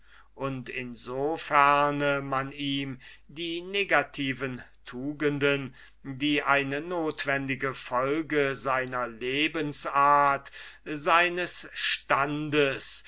und in so ferne man ihm die negativen tugenden die eine notwendige folge seiner lebensart seines standes